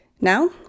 Now